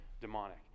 demonic